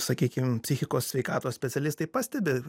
sakykim psichikos sveikatos specialistai pastebi